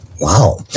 Wow